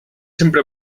sempre